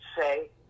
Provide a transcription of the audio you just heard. say